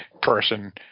person